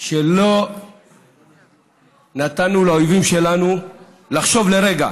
שלא נתנו לאויבים שלנו לחשוב לרגע